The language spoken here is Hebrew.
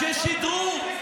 60 רבנים בכירים,